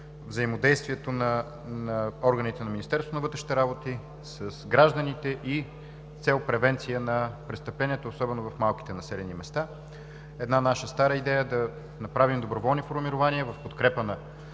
взаимодействието на органите на Министерството на вътрешните с гражданите с цел превенция на престъпленията, особено в малките населени места. Една наша стара идея да направим доброволни формирования в подкрепа на